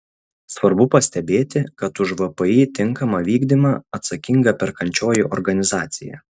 svarbu pastebėti kad už vpį tinkamą vykdymą atsakinga perkančioji organizacija